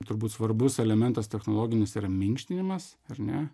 turbūt svarbus elementas technologinis tai yra minkštinimas ar ne